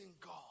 god